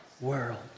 world